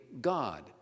God